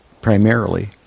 primarily